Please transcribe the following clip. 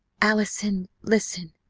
allison! listen!